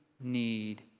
need